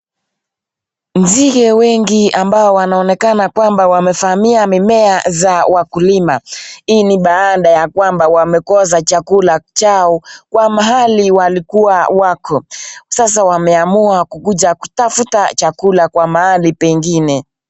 Mzike wengi ambao wanaonekana wamevamia mimea za wakulima hii ni baada ya kwamba wamekosa chakula chao kwa mahali walikuwa wako, sasa wameamua kukuja kutafuta chakula kwa mahali pengine.